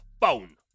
phone